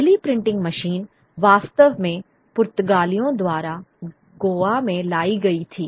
पहली printing machine वास्तव में पुर्तगालियों द्वारा गोवा में लाई गई थी